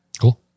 Cool